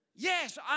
Yes